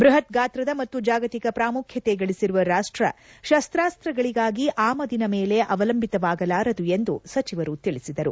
ಬೃಪತ್ ಗಾತ್ರದ ಮತ್ತು ಜಾಗತಿಕ ಪ್ರಾಮುಖ್ಯತೆಗಳಿಸಿರುವ ರಾಷ್ಟ ಶಸ್ತ್ರಾಸ್ತ್ರಗಳಿಗಾಗಿ ಆಮದಿನ ಮೇಲೆ ಅವಲಂಬಿತವಾಗಲಾರದು ಎಂದು ಸಚಿವರು ತಿಳಿಸಿದರು